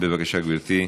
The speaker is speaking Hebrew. בבקשה, גברתי.